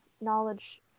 knowledge